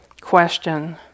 question